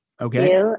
Okay